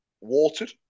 watered